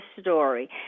story